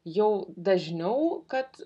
jau dažniau kad